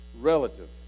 relative